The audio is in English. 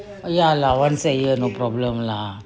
ya lah once a year no problem lah